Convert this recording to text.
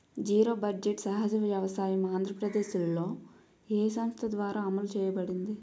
Zero budget సహజ వ్యవసాయం ఆంధ్రప్రదేశ్లో, ఏ సంస్థ ద్వారా అమలు చేయబడింది?